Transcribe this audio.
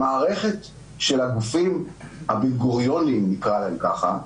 המערכת של הגופים הבן-גוריוניים, נקרא להם ככה,